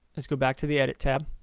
is go back to the edit tab